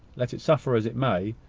let it suffer as it may,